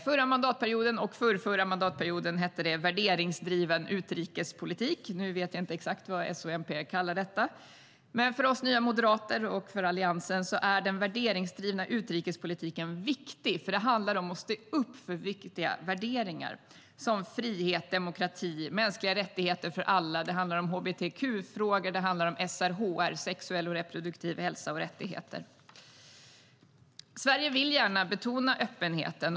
Förra mandatperioden och förrförra mandatperioden hette det värdedriven utrikespolitik. Nu vet jag inte exakt vad S och MP kallar detta. För oss nya moderater och för Alliansen är den värdedrivna utrikespolitiken viktig. Det handlar om att stå upp för viktiga värden som frihet och demokrati och mänskliga rättigheter för alla. Det handlar om hbtq-frågor, och det innefattar SRHR - sexuell och reproduktiv hälsa och rättigheter. Sverige vill gärna betona öppenheten.